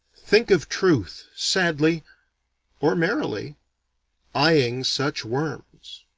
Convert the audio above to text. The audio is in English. think of truth sadly or merrily eyeing such worms!